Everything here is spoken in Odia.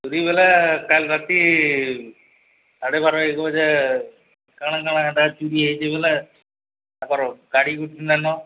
ଚୋରି ବୋଲେ କାଲି ରାତି ସାଢ଼େ ବାରରୁ ଏକ ବଜେ କାଣା କାଣା ହେଟା ଚୋରି ହେଇଛେ ବୋଲେ ତାଙ୍କର ଗାଡ଼ି ଗୁଟେ ନାଇଁନ